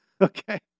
okay